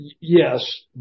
Yes